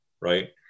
Right